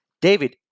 David